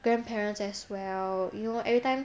grandparents as well you know every time